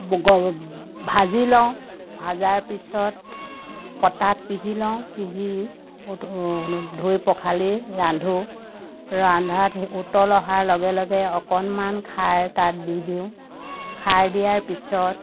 ভাজি লওঁ ভজাৰ পিছত পতাত পিহি লওঁ পিহি ধুই পখালি ৰান্ধো ৰান্ধাত উতল অহাৰ লগে লগে অকণমান খাৰ তাত দি দিওঁ খাৰ দিয়াৰ পিছত